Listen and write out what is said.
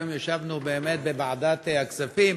היום ישבנו בוועדת הכספים,